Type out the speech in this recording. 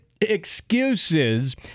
excuses